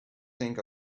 think